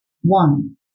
One